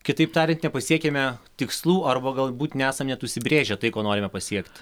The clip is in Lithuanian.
kitaip tariant nepasiekiame tikslų arba galbūt nesam net užsibrėžę tai ko norime pasiekt